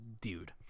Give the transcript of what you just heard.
dude